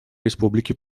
республики